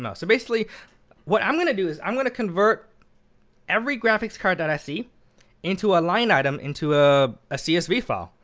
and so basically what i'm going to do is, i'm going to convert every graphics card that i see into a line item, into a ah csv we file.